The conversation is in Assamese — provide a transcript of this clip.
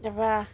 তাৰপা